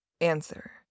Answer